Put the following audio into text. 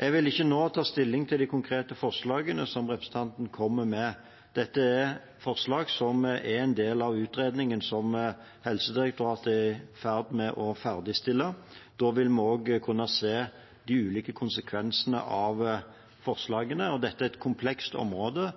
Jeg vil ikke nå ta stilling til de konkrete forslagene som representantene kommer med. Dette er forslag som er en del av utredningen Helsedirektoratet er i ferd med å ferdigstille. Da vil vi også kunne se de ulike konsekvensene av forslagene. Dette er et komplekst område